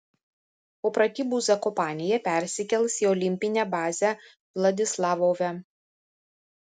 po pratybų zakopanėje persikels į olimpinę bazę vladislavove